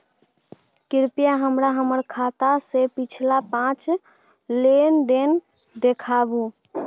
कृपया हमरा हमर खाता से पिछला पांच लेन देन देखाबु